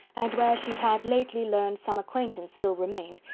and where she had lately learned some acquaintance still remained,